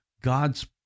God's